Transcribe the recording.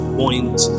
point